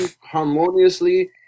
harmoniously